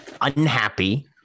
unhappy